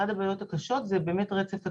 אחת הבעיות הקשות זה באמת, רצף הטיפול.